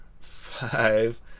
five